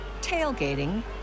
tailgating